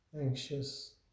anxious